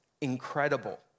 incredible